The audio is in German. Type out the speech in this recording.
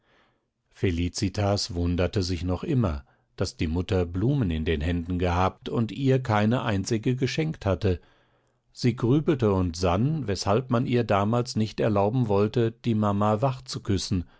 felicitas wunderte sich noch immer daß die mutter blumen in den händen gehabt und ihr keine einzige geschenkt hatte sie grübelte und sann weshalb man ihr damals nicht erlauben wollte die mama wach zu küssen